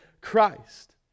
Christ